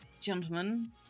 gentlemen